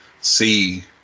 see